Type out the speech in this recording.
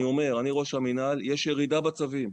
אני ראש המינהל, יש ירידה בצווים.